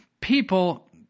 People